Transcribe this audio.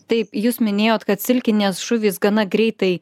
taip jūs minėjot kad silkinės žuvys gana greitai